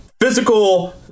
physical